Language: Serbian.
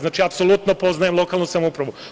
Znači, apsolutno poznajem lokalnu samoupravu.